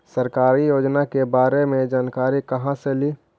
सरकारी योजना के बारे मे जानकारी कहा से ली?